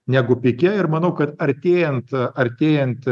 negu pike ir manau kad artėjant artėjant